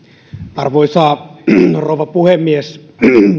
arvoisa rouva puhemies